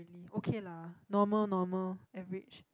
okay lah normal normal average